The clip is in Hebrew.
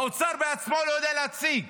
האוצר בעצמו לא יודע להציג.